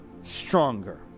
stronger